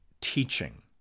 teaching